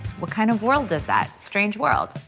what kind of world is that? strange world.